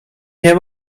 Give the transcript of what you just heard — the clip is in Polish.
nie